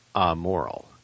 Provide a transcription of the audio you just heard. amoral